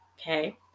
okay